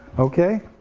okay.